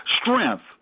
Strength